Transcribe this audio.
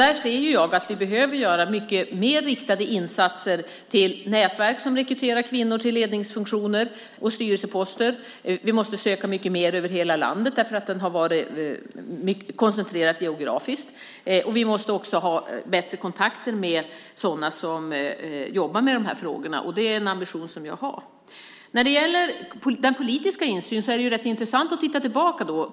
Där ser jag att vi behöver göra mycket mer riktade insatser till nätverk som rekryterar kvinnor till ledningsfunktioner och styrelseposter. Vi måste söka mycket mer över hela landet eftersom det geografiskt har varit en koncentration. Vi måste också ha bättre kontakter med sådana som jobbar med dessa frågor. Det är en ambition som jag har. När det gäller den politiska insynen är det intressant att titta tillbaka.